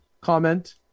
comment